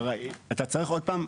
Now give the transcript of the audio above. אתה צריך עוד פעם,